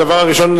הדבר הראשון,